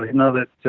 know that,